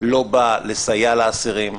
לא באה לסייע לאסירים,